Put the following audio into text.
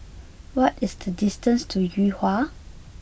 what is the distance to Yuhua